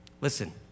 Listen